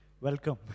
welcome